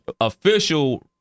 official